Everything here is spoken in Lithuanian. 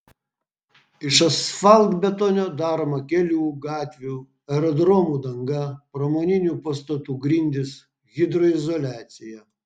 iš asfaltbetonio daroma kelių gatvių aerodromų danga pramoninių pastatų grindys hidroizoliacija